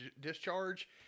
discharge